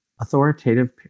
authoritative